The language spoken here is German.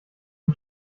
ich